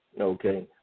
Okay